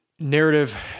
Narrative